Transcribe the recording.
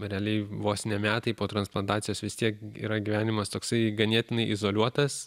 realiai vos ne metai po transplantacijos vis tiek yra gyvenimas toksai ganėtinai izoliuotas